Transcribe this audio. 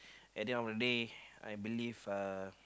at the end of the day I believe uh